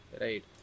right